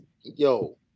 yo